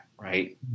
right